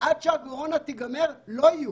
אבל עד שהקורונה תיגמר לא יהיו?